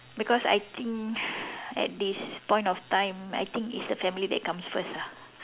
because I think at this point of time I think it's the family that comes first ah